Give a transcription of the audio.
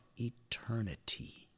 eternity